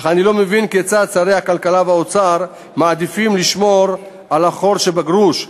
אך אני לא מבין כיצד שרי הכלכלה והאוצר מעדיפים לשמור על החור שבגרוש,